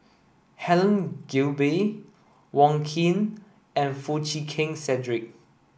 Helen Gilbey Wong Keen and Foo Chee Keng Cedric